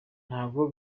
ntago